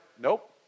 nope